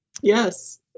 yes